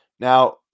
Now